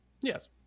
yes